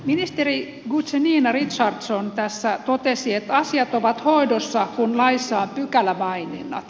ministeri guzenina richardson tässä totesi että asiat ovat hoidossa kun laissa on pykälämaininnat